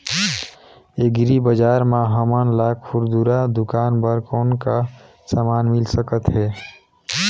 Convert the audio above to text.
Agri बजार म हमन ला खुरदुरा दुकान बर कौन का समान मिल सकत हे?